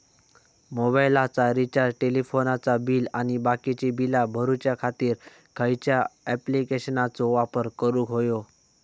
मोबाईलाचा रिचार्ज टेलिफोनाचा बिल आणि बाकीची बिला भरूच्या खातीर खयच्या ॲप्लिकेशनाचो वापर करूक होयो?